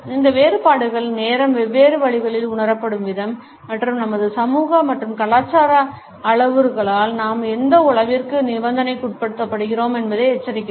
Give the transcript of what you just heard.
இந்த வேறுபாடுகள் நேரம் வெவ்வேறு வழிகளில் உணரப்படும் விதம் மற்றும் நமது சமூக மற்றும் கலாச்சார அளவுருக்களால் நாம் எந்த அளவிற்கு நிபந்தனைக்குட்படுத்தப்படுகிறோம் என்பதை எச்சரிக்கிறது